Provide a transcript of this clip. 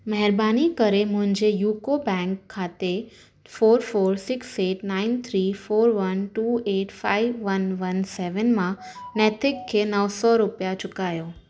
महिरबानी करे मुंहिंजे यूको बैंक खाते four four six eight nine three four one two eight five one one seven मां नैतिक खे नव सौ रुपया चुकायो